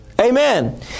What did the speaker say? Amen